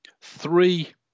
three